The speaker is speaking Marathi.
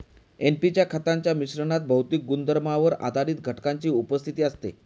एन.पी च्या खतांच्या मिश्रणात भौतिक गुणधर्मांवर आधारित घटकांची उपस्थिती असते